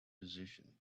position